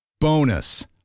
Bonus